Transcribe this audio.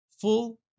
full